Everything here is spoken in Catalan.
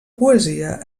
poesia